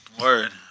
Word